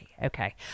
Okay